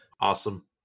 awesome